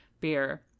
beer